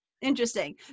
interesting